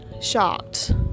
shocked